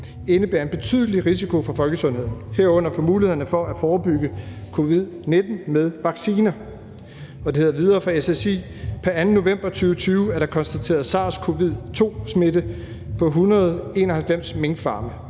indebærer en betydelig risiko for folkesundheden. Herunder for mulighederne for optimalt at forebygge COVID-19 med vacciner.« Det hedder videre fra SSI: »Per 2. november 2020 er der konstateret SARS-CoV-2 smitte på 191 minkfarme.